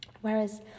whereas